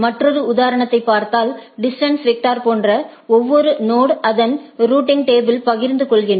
மற்றொரு உதாரணத்தைப் பார்த்தால் டிஸ்டன்ஸ் வெக்டர் போன்ற ஒவ்வொரு நொடும் அதன் ரூட்டிங்டேபிள்யை பகிர்ந்து கொள்கின்றன